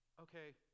Okay